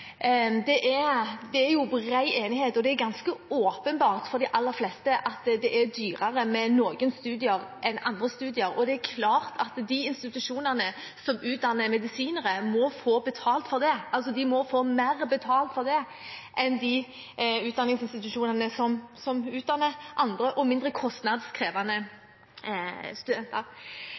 det. Det er bred enighet – og det er ganske åpenbart for de aller fleste – om at det er dyrere med noen studier enn andre studier. Det er klart at de institusjonene som utdanner medisinere, må få mer betalt for det enn de utdanningsinstitusjonene som utdanner andre og mindre kostnadskrevende studenter.